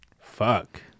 fuck